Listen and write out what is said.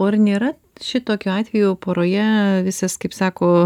o ar nėra šitokiu atveju poroje visas kaip sako